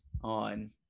on